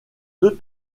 deux